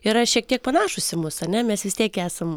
yra šiek tiek panašūs į mus ane mes vis tiek esam